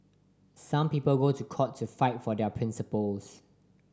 some people go to court to fight for their principles